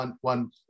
one